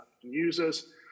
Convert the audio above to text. users